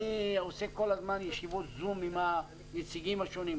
אני עושה כל הזמן ישיבות זום עם הנציגים השונים,